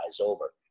over